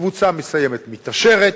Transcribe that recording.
קבוצה מסוימת מתעשרת,